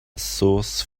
sauce